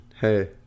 hey